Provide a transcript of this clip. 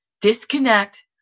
Disconnect